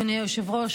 אדוני היושב-ראש,